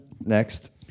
Next